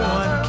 one